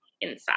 inside